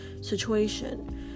situation